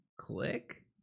click